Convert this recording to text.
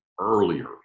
earlier